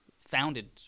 founded